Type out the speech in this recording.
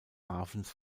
hafens